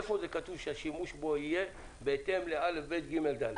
איפה כתוב שהשימוש בו יהיה בהתאם לא', ב', ג', ד'?